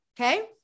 Okay